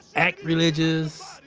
act religious,